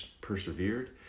persevered